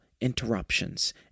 interruptions